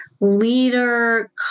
leader